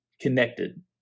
connected